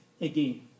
again